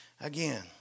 Again